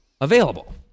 available